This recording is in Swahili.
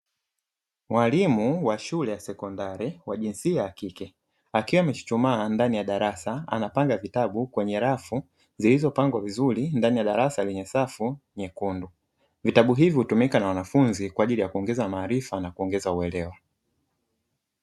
Mwalimu wa shule ya sekondari, wa jinsia ya kike; akiwa amechuchumaa ndani ya darasa anapanga kitabu kwenye rafu, zilizopangwa vizuri ndani ya darasa lenye safu nyekundu. Vitabu hivyo hutumika na wanafunzi kwa ajili ya kuongeza maarifa na kuongeza uelewa.